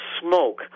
smoke